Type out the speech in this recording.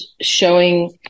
showing